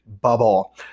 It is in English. bubble